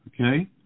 Okay